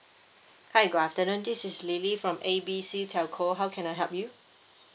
hi good afternoon this is lily from A B C telco how can I help you